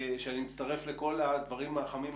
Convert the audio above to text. שאני מצטרף לכל הדברים החמים,